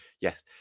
yes